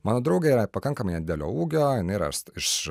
mano draugė yra pakankamai nedidelio ūgio jinai yra iš